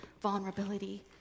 vulnerability